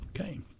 Okay